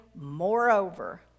Moreover